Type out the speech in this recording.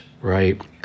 right